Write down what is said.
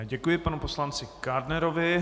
Děkuji panu poslanci Kádnerovi.